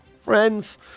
Friends